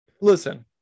Listen